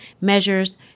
measures